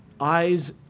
eyes